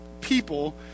people